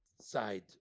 side